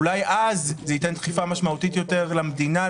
אולי אז זה ייתן דחיפה משמעותית יותר למדינה,